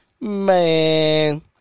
Man